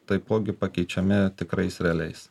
taipogi pakeičiami tikrais realiais